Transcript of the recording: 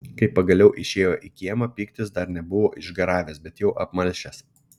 kai pagaliau išėjo į kiemą pyktis dar nebuvo išgaravęs bet jau apmalšęs